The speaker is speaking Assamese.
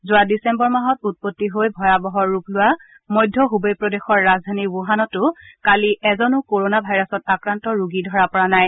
যোৱা ডিচেম্বৰ মাহত উৎপত্তি হৈ বয়াবহ ৰূপ লোৱা মধ্য ছবেই প্ৰদেশৰ ৰাজধানী বুহানতো কালি এজনো কৰোণা ভাইৰাছত আক্ৰান্ত ৰোগী ধৰা পৰা নাই